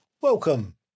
Welcome